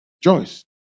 Joyce